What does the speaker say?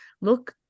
look